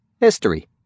History